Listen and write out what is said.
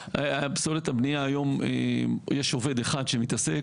פסולת הבנייה היום יש עובד אחד שמתעסק,